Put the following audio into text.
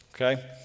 okay